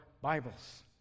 Bibles